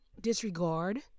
Disregard